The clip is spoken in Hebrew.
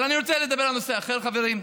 אבל אני רוצה לדבר על נושא אחר, חברים.